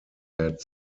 had